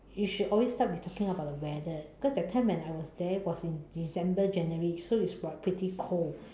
you should always start with talking about the weather because that time when I was there it was in December January so it was pretty cold